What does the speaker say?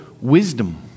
wisdom